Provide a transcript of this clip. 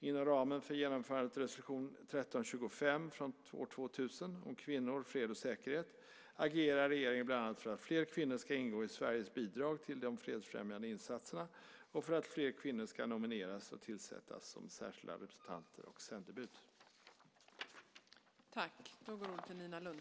Inom ramen för genomförandet av resolution 1325 från år 2000 om kvinnor, fred och säkerhet agerar regeringen bland annat för att fler kvinnor ska ingå i Sveriges bidrag till de fredsfrämjande insatserna och för att fler kvinnor ska nomineras och tillsättas som särskilda representanter och sändebud. Då Birgitta Ohlsson, som framställt interpellationen, anmält att hon var förhindrad att närvara vid sammanträdet medgav tredje vice talmannen att Nina Lundström i stället fick delta i överläggningen.